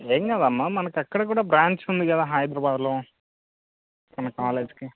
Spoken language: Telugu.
ఏమి కాదమ్మ మనకు అక్కడ కూడా బ్రాంచ్ ఉంది కదా హైదరాబాదులో మన కాలేజ్కి